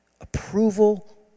Approval